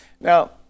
Now